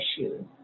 issue